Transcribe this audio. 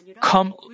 come